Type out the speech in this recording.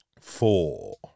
Four